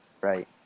right